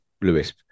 Lewis